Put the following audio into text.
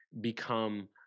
become